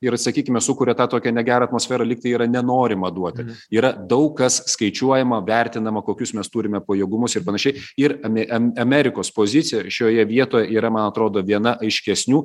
ir sakykime sukuria tą tokią negerą atmosferą lyg tai yra nenorima duoti yra daug kas skaičiuojama vertinama kokius mes turime pajėgumus ir panašiai ir ami em amerikos pozicija šioje vietoje yra man atrodo viena aiškesnių